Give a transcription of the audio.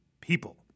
PEOPLE